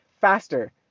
faster